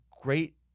great